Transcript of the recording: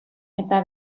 eta